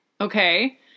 Okay